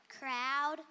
Crowd